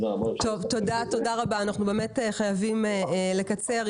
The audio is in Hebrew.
תודה רבה, אנחנו חייבים לקצר.